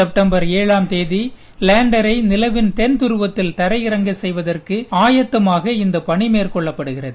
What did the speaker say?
செப்டம்பர்ஏழாம்தேதி லேண்டரைநிலவின்தென்துருவத்தில்தரையிறங்கச்செய் வதற்குஆயத்தமாகஇப்பணிமேற்கொள்ளப்படுகிறது